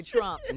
Trump